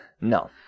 No